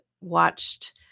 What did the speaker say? watched